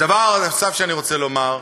הדבר הנוסף שאני רוצה לומר: